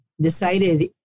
decided